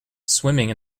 swimming